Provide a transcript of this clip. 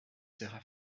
sera